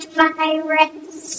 virus